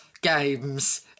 games